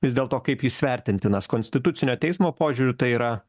vis dėlto kaip jis vertintinas konstitucinio teismo požiūriu tai yra